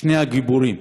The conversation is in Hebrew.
שני הגיבורים,